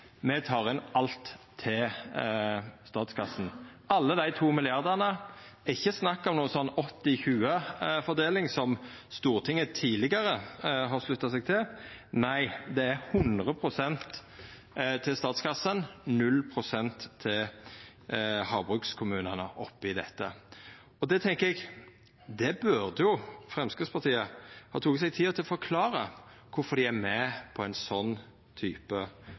Me tek inn alt til statskassa, alle dei 2 milliardane. Det er ikkje snakk om 80–20-fordeling, som Stortinget tidlegare har slutta seg til. Nei, det er 100 pst. til statskassa, 0 pst. til havbrukskommunane. Eg meiner at Framstegspartiet burde ha teke seg tid til å forklara kvifor dei er med på ein slik type